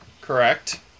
Correct